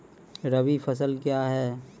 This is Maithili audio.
रबी फसल क्या हैं?